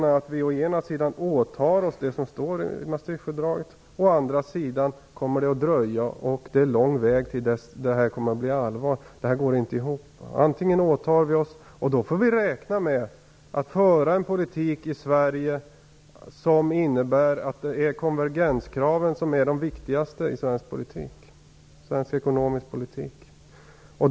Man säger å ena sidan att vi åtar oss det som står i Maastrichtfördraget. Å andra sidan säger man att det kommer att dröja länge innan det här blir allvar. Detta går inte ihop. Vi kan göra ett åtagande, och då får vi räkna med att föra en politik i Sverige som innebär att konvergenskraven blir viktigast i svensk ekonomisk politik.